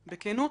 בכנות,